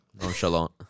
Nonchalant